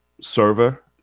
server